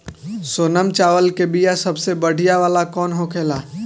सोनम चावल के बीया सबसे बढ़िया वाला कौन होखेला?